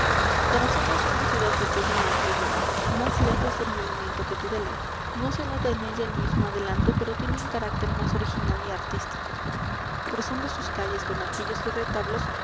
tarazona es una ciudad pequeña y antigua más lejos del movimiento que tudela no se nota en ella el mismo adelanto pero tiene un carácter más original y artístico cruzando sus calles con arquillos y retablos